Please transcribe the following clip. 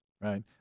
right